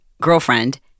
girlfriend